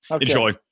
enjoy